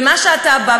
ומה שאתה בא,